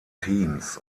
teams